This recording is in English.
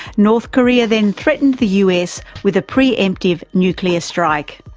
north korea then threatened the us with a pre-emptive nuclear strike.